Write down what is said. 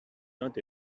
not